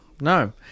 no